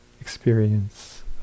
experience